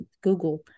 Google